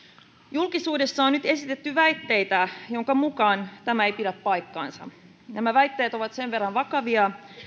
julkisuudessa on nyt esitetty väitteitä joiden mukaan tämä ei pidä paikkaansa nämä väitteet ovat sen verran vakavia